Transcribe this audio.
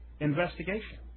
investigation